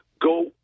go